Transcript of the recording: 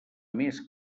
més